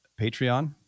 Patreon